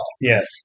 Yes